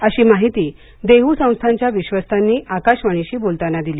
अशी माहिती देह् संस्थानच्या विश्वस्तांनी आकाशवाणीशी बोलताना दिली